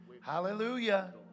Hallelujah